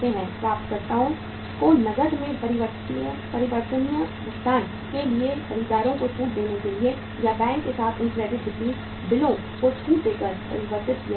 प्राप्तकर्ताओं को नकद में परिवर्तनीय भुगतान के लिए खरीदारों को छूट देने के लिए या बैंक के साथ उन क्रेडिट बिक्री बिलों को छूट देकर परिवर्तित किया जाता है